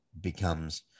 becomes